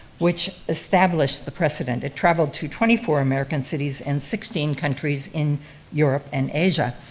which established the precedent. it traveled to twenty four american cities, and sixteen countries in europe and asia.